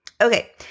Okay